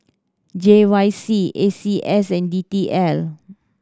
J Y C A C S and D T L